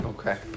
Okay